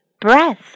breath